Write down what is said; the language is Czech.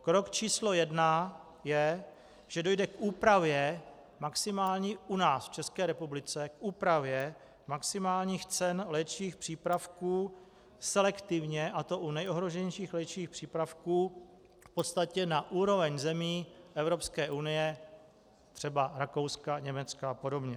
Krok číslo jedna je, že dojde k úpravě, maximálně u nás v České republice, k úpravě maximálních cen léčivých přípravků selektivně, a to u nejohroženějších léčivých přípravků, v podstatě na úroveň zemí Evropské unie, třeba Rakouska, Německa apod.